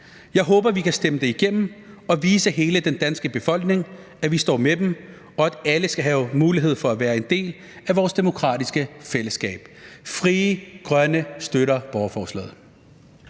Jeg håber, at vi kan stemme det igennem og vise hele den danske befolkning, at vi står sammen med dem, og at alle skal have mulighed for at være en del af vores demokratiske fællesskab. Frie Grønne støtter borgerforslaget.